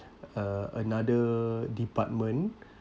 uh another department